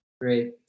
Great